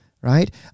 right